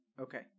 okay